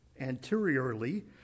anteriorly